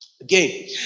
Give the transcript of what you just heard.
Again